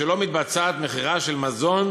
ושלא מתבצעת מכירה של מזון